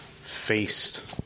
faced